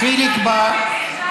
חיליק בר.